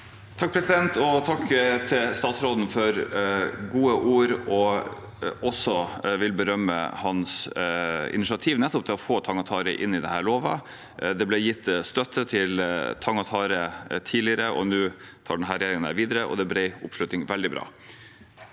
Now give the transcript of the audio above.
(H) Takk til statsråden for gode ord. Jeg vil også berømme hans initiativ nettopp til å få tang og tare inn i denne loven. Det ble gitt støtte til tang og tare tidligere, nå tar denne regjeringen det videre, og det er bred oppslutning. Det er veldig bra.